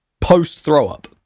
post-throw-up